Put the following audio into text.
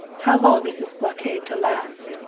how long is this blockade to last?